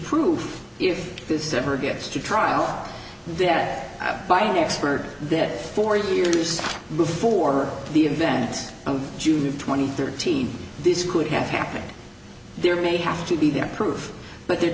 proof if this ever gets to trial the debt buying expert that for years before the events on june twenty thirteen this could have happened there may have to be that proof but